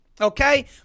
Okay